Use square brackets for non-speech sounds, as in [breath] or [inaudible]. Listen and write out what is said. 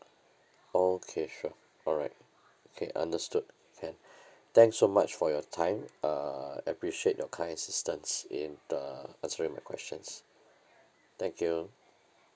okay sure alright okay understood can [breath] thanks so much for your time uh appreciate your kind assistance in the answering my questions thank you